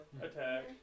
attack